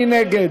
מי נגד?